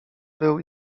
był